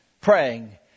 praying